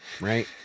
Right